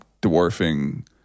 dwarfing